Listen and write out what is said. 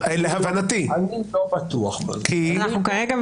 אני כאן.